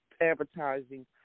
advertising